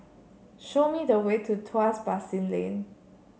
show me the way to Tuas Basin Lane